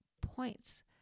points